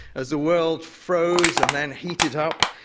as the world froze and then heated up,